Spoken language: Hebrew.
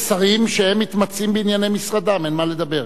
יש שרים שמתמצאים בענייני משרדם, אין מה לדבר.